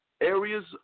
areas